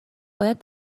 باید